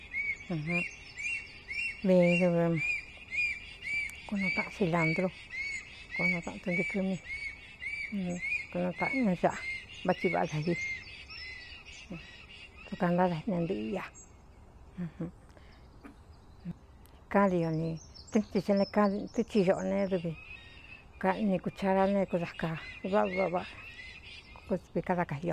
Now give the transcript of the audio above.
Nvin dv kunuu taꞌan cilantro konuu taꞌan tɨntɨɨkɨ́mí kunutaꞌɨn saꞌa vátsi váꞌá dā iduka ntáda inantɨꞌɨ i ñakán di o n tɨ́n tsi ne kaa tɨ́ tsi xoꞌo ne dvi kani kūchara neé kuda kaváꞌa váꞌa váꞌakkodvi káda kai